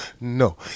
No